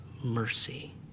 mercy